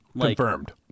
Confirmed